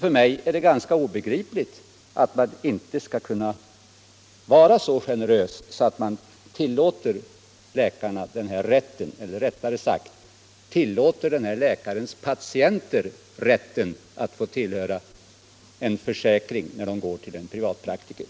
För mig är det ganska obegripligt att man inte skall kunna vara så generös så att man tillåter läkarna att ha den här rätten eller, rättare sagt, tillåter läkarens patienter rätten att tillhöra en försäkring när de går till en privatpraktiker.